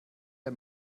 der